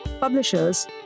publishers